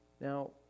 Now